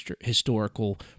historical